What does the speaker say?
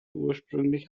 ursprünglich